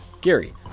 Gary